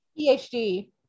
PhD